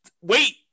Wait